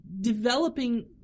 Developing